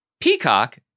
Peacock